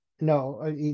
No